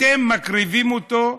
אתם מקריבים אותו.